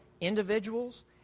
individuals